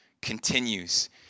continues